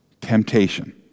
temptation